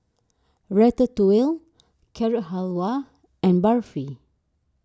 Ratatouille Carrot Halwa and Barfi